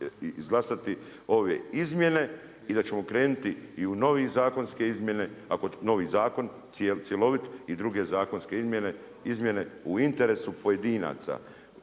izglasati ove izmjene. I da ćemo krenuti i u nove zakonske izmjene, ako novi zakon cjelovit i druge zakonske izmjene u interesu pojedinaca,